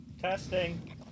Testing